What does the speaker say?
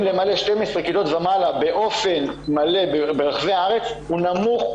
למלא 12 כיתות ומעלה באופן מלא ברחבי הארץ הוא נמוך,